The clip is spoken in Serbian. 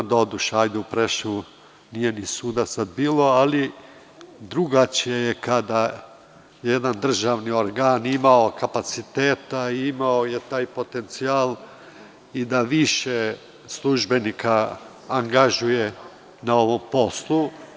Doduše, hajde u Preševu nije suda ni bilo, ali drugačije je kada jedan državni organ ima kapaciteta, ima taj potencijal i da više službenika angažuje na ovom poslu.